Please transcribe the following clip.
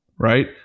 Right